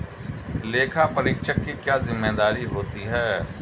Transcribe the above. लेखापरीक्षक की क्या जिम्मेदारी होती है?